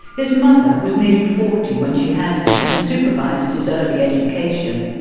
his mother was nearly forty when she had him, and supervised his early education.